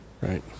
Right